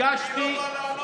באמת, שולחים אותך.